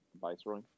viceroy